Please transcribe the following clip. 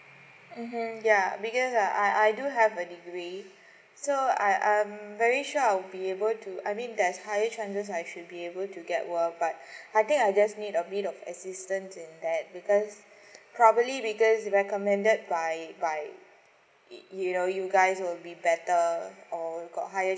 mmhmm ya because I I I do have a degree so I I am very sure I'll be able to I mean there's higher chances I should be able to get work but I think I just need a bit of assistance in that because probably because recommended by by you know you guys will be better or got hired